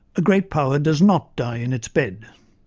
a great power does not die in its bed'